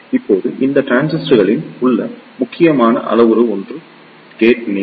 இப்போது இந்த டிரான்சிஸ்டரில் உள்ள முக்கியமான அளவுரு ஒன்று கேட் நீளம்